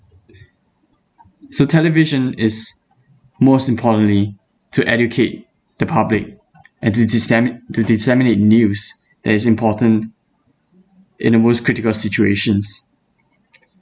so television is most importantly to educate the public and to dissemi~ to disseminate news that is important in the most critical situations